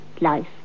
life